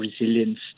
resilience